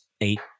eight